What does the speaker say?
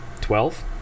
Twelve